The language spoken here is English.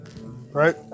right